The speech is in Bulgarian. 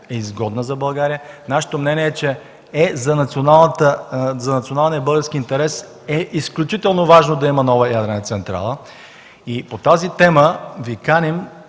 изгодна? ВОЛЕН СИДЕРОВ: Нашето мнение е, че за националния български интерес е изключително важно да има нова ядрена централа. По тази тема каним